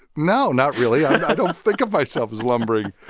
no, not really. i don't think of myself as lumbering.